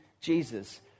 Jesus